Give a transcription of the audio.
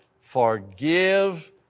forgive